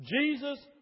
Jesus